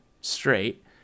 straight